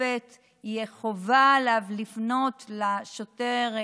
לשופט תהיה חובה לפנות לשוטר,